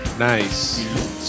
Nice